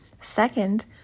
second